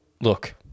Look